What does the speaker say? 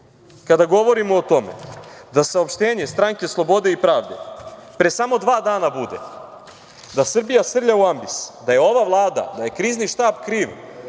kada govorimo o tome da saopštenje Stranke slobode i pravde pre samo dva dana bude da Srbija srlja u ambis, da je ova Vlada, da je krizni štab kriv